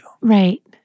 Right